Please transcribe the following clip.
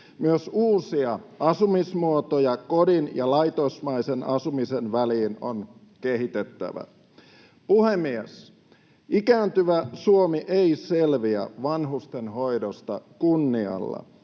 Myös uusia asumismuotoja kodin ja laitosmaisen asumisen väliin on kehitettävä. Puhemies! Ikääntyvä Suomi ei selviä vanhustenhoidosta kunnialla